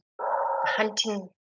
hunting